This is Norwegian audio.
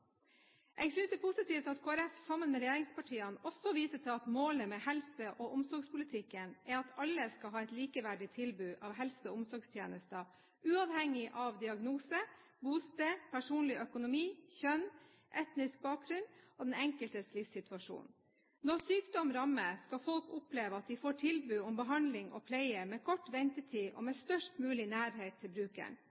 Jeg synes det er positivt at Kristelig Folkeparti, sammen med regjeringspartiene, også viser til at målet med helse- og omsorgspolitikken er at alle skal ha et likeverdig tilbud av helse- og omsorgstjenester, uavhengig av diagnose, bosted, personlig økonomi, kjønn, etnisk bakgrunn og den enkeltes livssituasjon. Når sykdom rammer, skal folk oppleve at de får tilbud om behandling og pleie, med kort ventetid og